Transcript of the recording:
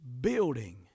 building